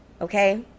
okay